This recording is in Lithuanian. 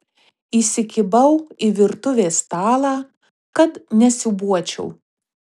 įsikibau į virtuvės stalą kad nesiūbuočiau